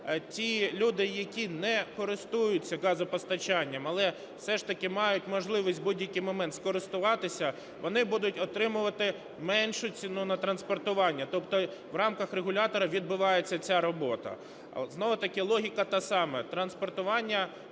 ті люди, які не користуються газопостачання, але все ж таки мають можливість в будь-який момент скористуватися, вони будуть отримувати меншу ціну на транспортування, тобто в рамках регулятора відбувається ця робота. Знову-таки, логіка та сама, транспортування,